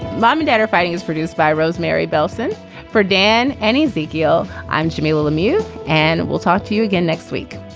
mom and dad are fighting is produced by rosemary belson for dan any video. i'm jimmy little amused and we'll talk to you again next week